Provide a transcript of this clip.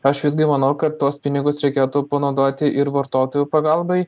aš visgi manau kad tuos pinigus reikėtų panaudoti ir vartotojų pagalbai